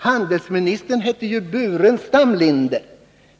Handelsministern hette ju Burenstam-Linder.